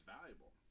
valuable